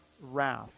wrath